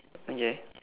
okay